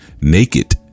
naked